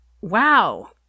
wow